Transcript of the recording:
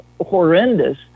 horrendous